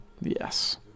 Yes